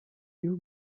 you